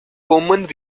common